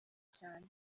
cyane